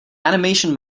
animation